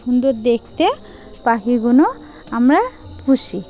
সুন্দর দেখতে পাখিগুলো আমরা পুষি